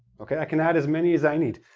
okay? i can add as many as i need.